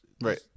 right